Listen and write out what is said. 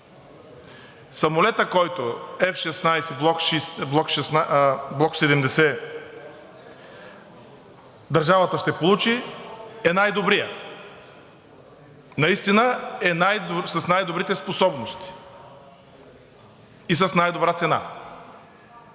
Самолетът F-16 Block 70, който държавата ще получи, е най добрият. Наистина е с най-добрите способности и с най-добра цена.